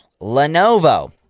Lenovo